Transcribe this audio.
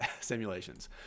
simulations